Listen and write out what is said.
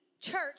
church